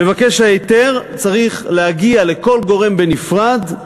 מבקש ההיתר צריך להגיע לכל גורם בנפרד,